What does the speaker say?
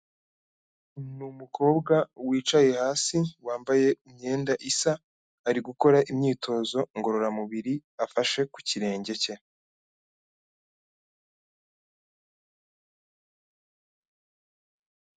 Ni umukobwa wicaye hasi wambaye imyenda isa ari gukora imyitozo ngororamubiri afashe ku kirenge cye.